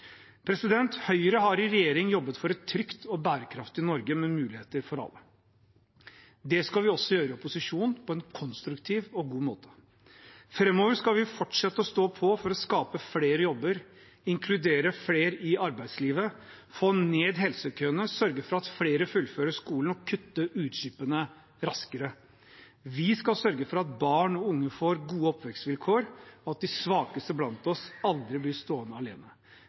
Høyre har i regjering jobbet for et trygt og bærekraftig Norge med muligheter for alle. Det skal vi også gjøre i opposisjon på en konstruktiv og god måte. Framover skal vi fortsette å stå på for å skape flere jobber, inkludere flere i arbeidslivet, få ned helsekøene, sørge for at flere fullfører skolen, og kutte utslippene raskere. Vi skal sørge for at barn og unge får gode oppvekstvilkår, og at de svakeste blant oss aldri blir stående alene.